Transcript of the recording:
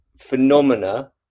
phenomena